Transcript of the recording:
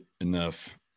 enough